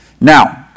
Now